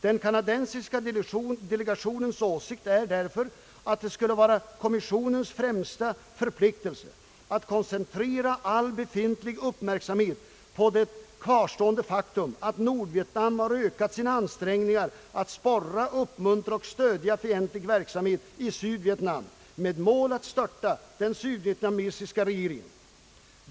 Den kanadensiska delegationens åsikt är därför att det skulle vara kommissionens främsta förpliktelse att koncentrera all befintlig uppmärksamhet på det kvarstående faktum att Nordvietnam ökat sina ansträngningar att sporra, uppmuntra och stödja fientlig verksamhet i Sydvietnam med mål att störta den sydvietnamesiska regeringen.